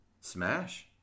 Smash